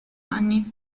anni